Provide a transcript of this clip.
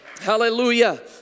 Hallelujah